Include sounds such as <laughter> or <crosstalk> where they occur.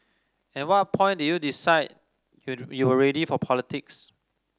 at what point did you decide <unintelligible> you were ready for politics